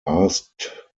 asked